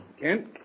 Kent